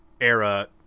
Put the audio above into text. era